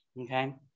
Okay